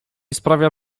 sprawia